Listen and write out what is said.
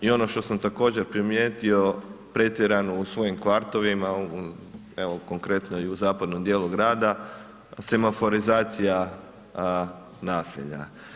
I ono što sam također primijetio pretjerano, u svojim kvartovima, evo konkretno i u zapadnom dijelu grada semaforizacija naselja.